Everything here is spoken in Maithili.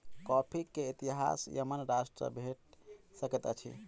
कॉफ़ी के इतिहास यमन राष्ट्र सॅ भेट सकैत अछि